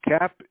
CAP